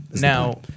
Now